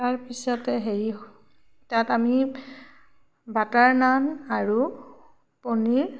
তাৰপিছতে হেৰি তাত আমি বাটাৰ নান আৰু পনীৰ